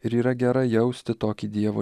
ir yra gera jausti tokį dievo